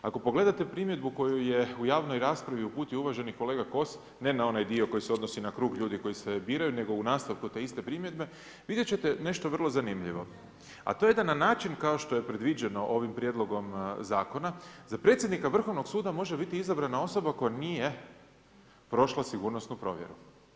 Ako pogledate primjedbu koju je u javnoj raspravi uputio uvaženi kolega Kos, ne na onaj dio koji se odnosi na krug ljudi koji se biraju, nego u nastavku te iste primjedbe vidjet ćete nešto vrlo zanimljivo, a to je da na način kao što je predviđeno ovim prijedlogom zakona za predsjednika Vrhovnog suda može biti izabrana osoba koja nije prošla sigurnosnu provjeru.